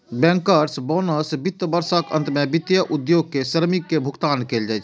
bankers bonus वित्त वर्षक अंत मे वित्तीय उद्योग के श्रमिक कें भुगतान कैल जाइ छै